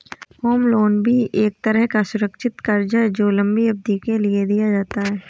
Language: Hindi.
होम लोन भी एक तरह का सुरक्षित कर्ज है जो लम्बी अवधि के लिए दिया जाता है